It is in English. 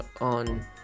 on